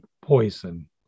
poison